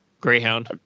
Greyhound